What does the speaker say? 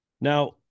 Now